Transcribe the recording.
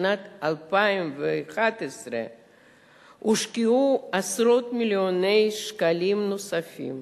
בשנת 2011 הושקעו עשרות מיליוני שקלים נוספים.